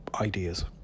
ideas